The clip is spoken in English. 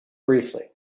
briefly